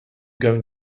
going